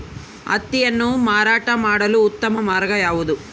ಹತ್ತಿಯನ್ನು ಮಾರಾಟ ಮಾಡಲು ಉತ್ತಮ ಮಾರ್ಗ ಯಾವುದು?